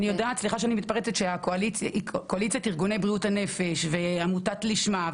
אני יודעת שקואליציית ארגוני בריאות הנפש - עמותת לשמה,